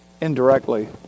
indirectly